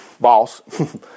boss